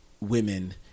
women